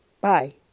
Bye